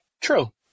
True